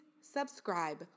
subscribe